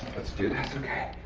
let's do this, okay.